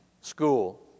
school